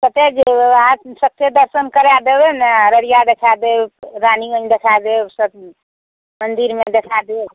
कतए जएबै अहाँ सगठे दर्शन करै देबै ने अररिया देखै देब रानीगञ्ज देखै देब सब मन्दिरमे देखै देब